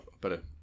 better